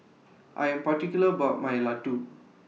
I Am particular about My Laddu